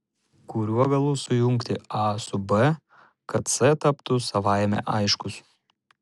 kuriuo galu sujungti a su b kad c taptų savaime aiškus